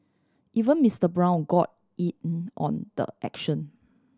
even Mister Brown got on the action